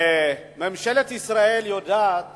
ממשלת ישראל יודעת